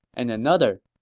and another,